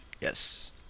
Yes